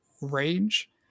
range